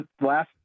last